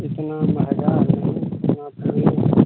इतना महँगा